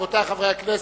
רבותי חברי הכנסת,